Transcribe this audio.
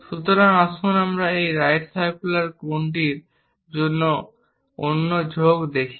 সুতরাং আসুন একই রাইট সারকুলার কোনটির জন্য অন্য ঝোঁক অংশটি দেখি